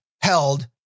held